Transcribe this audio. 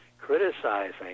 criticizing